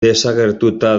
desagertuta